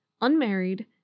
unmarried